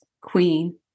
Queen